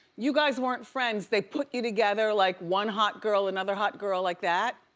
you guys weren't friends. they put you together like one hot girl, another hot girl, like that?